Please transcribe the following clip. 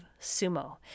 sumo